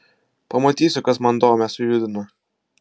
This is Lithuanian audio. pamatysiu kas man domę sujudina